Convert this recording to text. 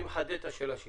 אני מחדד את השאלה שלי: